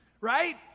right